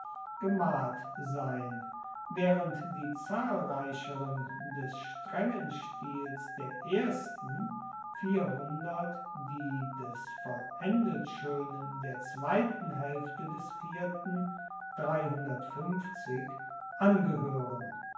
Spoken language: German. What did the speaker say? gemalt sein waehrend die zahlreicheren des strengen stils der ersten die des vollendet schoenen der zweiten haelfte des vierten angehoeren